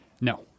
no